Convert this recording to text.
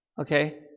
Okay